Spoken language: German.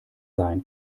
sein